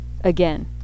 again